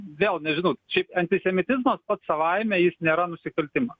vėl nežinau šiaip antisemitizmas pats savaime jis nėra nusikaltimas